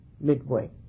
midway